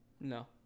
No